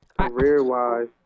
career-wise